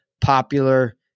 popular